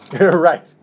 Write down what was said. Right